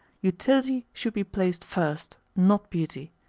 utility should be placed first, not beauty.